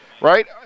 right